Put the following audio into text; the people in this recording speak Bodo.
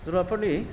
जुनारफोरनि